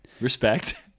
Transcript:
Respect